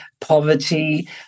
poverty